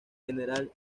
general